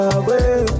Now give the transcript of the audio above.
away